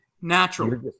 natural